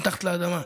מתחת לאדמה,